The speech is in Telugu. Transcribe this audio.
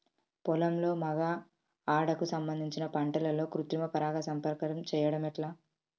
పొలంలో మగ ఆడ కు సంబంధించిన పంటలలో కృత్రిమ పరంగా సంపర్కం చెయ్యడం ఎట్ల?